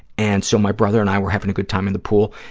and so my brother and i were having a good time in the pool,